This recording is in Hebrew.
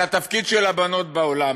על התפקיד של הבנות בעולם.